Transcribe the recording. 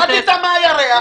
נחתת מהירח,